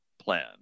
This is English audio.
plan